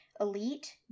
Elite